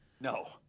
No